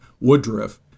Woodruff